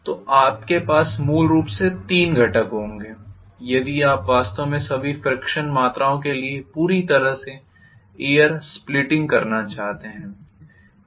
तो आपके पास मूल रूप से तीन घटक होंगे यदि आप वास्तव में सभी फ्रीक्षण मात्राओं के लिए पूरी तरह से एयर स्प्लिटिंग करना चाहते हैं